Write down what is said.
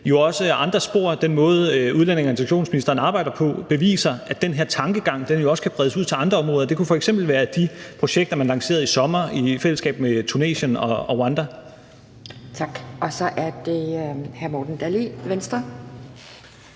vi også ad andre spor og via den måde, udlændinge- og integrationsministeren arbejder på, beviser, at den her tankegang kan bredes ud til andre områder. Det kunne f.eks. være de projekter, man lancerede i sommer i fællesskab med Tunesien og Rwanda. Kl. 11:39 Anden næstformand